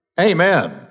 Amen